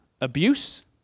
abuse